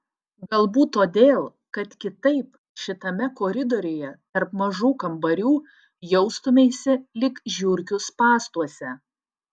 galbūt todėl kad kitaip šitame koridoriuje tarp mažų kambarių jaustumeisi lyg žiurkių spąstuose